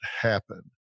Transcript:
happen